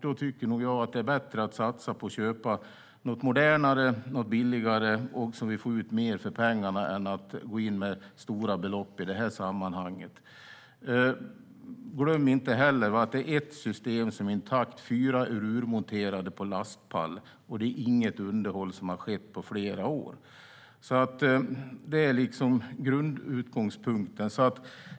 Jag tycker att det är bättre att satsa på att köpa något modernare och billigare så att vi får ut mer för pengarna än att gå in med stora belopp i det här sammanhanget. Glöm inte att ett system är intakt och fyra är urmonterade på lastpall. Inget underhåll har skett på flera år. Det är utgångspunkten.